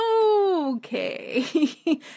Okay